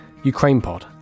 ukrainepod